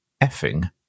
effing